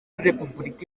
repubulika